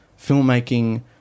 filmmaking